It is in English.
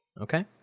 Okay